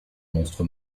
monstre